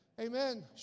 amen